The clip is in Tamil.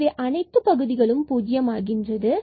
எனவே அனைத்து பகுதிகளும் பூஜ்யம் ஆகிறது